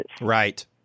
Right